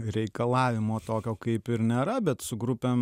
reikalavimo tokio kaip ir nėra bet su grupėm